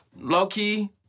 low-key